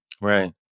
Right